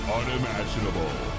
unimaginable